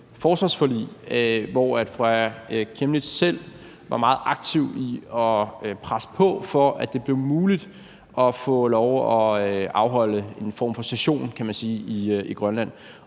forsvarsforlig, hvor fru Aaja Chemnitz Larsen selv var meget aktiv med at presse på, for at det kunne blive muligt at få lov til at afholde en form for session, kan